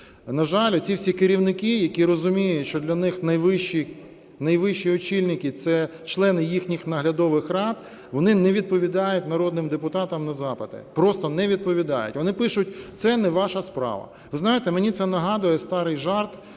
На жаль, ці всі керівники, які розуміють, що для них найвищі очільники – це члени їхніх наглядових рад, вони не відповідають народним депутатам на запити, просто не відповідають. Вони пишуть: це не ваша справа. Ви знаєте, мені це нагадуєте старий жарт,